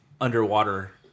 underwater